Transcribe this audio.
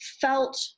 felt